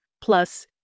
plus